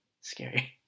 scary